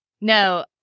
No